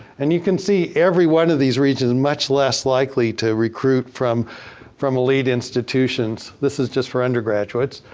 and you can see, every one of these regions is and much less likely to recruit from from elite institutions. this is just for undergraduates.